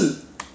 that's why